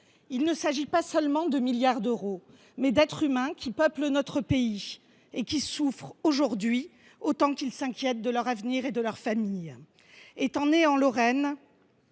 Il ne s’agit pas seulement de milliards d’euros, mais d’êtres humains qui peuplent notre pays et qui souffrent aujourd’hui autant qu’ils s’inquiètent de leur avenir et de leur famille. Étant née en Lorraine,…